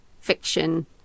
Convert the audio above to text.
fiction